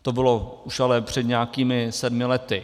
To bylo už ale před nějakými sedmi lety.